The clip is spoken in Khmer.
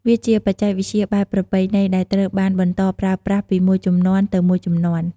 វាជាបច្ចេកវិទ្យាបែបប្រពៃណីដែលត្រូវបានបន្តប្រើប្រាស់ពីមួយជំនាន់ទៅមួយជំនាន់។